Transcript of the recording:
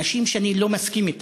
אנשים שאני לא מסכים אתם.